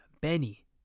Benny